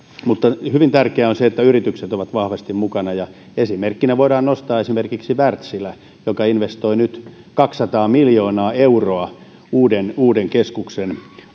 hyvin tärkeää on se että yritykset ovat vahvasti mukana ja esimerkkinä voidaan nostaa esimerkiksi wärtsilä joka investoi nyt kaksisataa miljoonaa euroa uuden uuden keskuksen